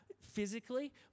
physically